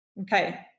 Okay